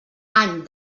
any